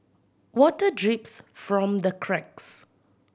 water drips from the cracks